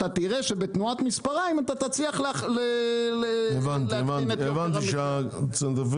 אתה תראה שבתנועת מספריים אתה תצליח להקטין את יוקר המחייה.